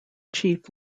chief